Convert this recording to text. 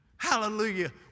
Hallelujah